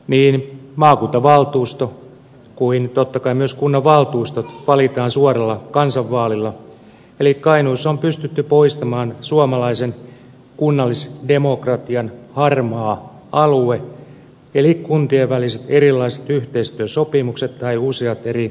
niin maakuntavaltuusto kuin totta kai myös kunnanvaltuustot valitaan suoralla kansanvaalilla eli kainuussa on pystytty poistamaan suomalaisen kunnallisdemokratian harmaa alue eli kuntien väliset erilaiset yhteistyösopimukset tai useat eri kuntayhtymät